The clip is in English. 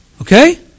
okay